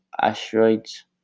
asteroids